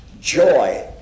joy